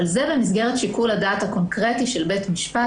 זה במסגרת שיקול הדעת הקונקרטי של בית משפט